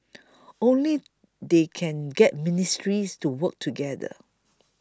only they can get ministries to work together